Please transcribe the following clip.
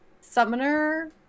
Summoner